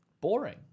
boring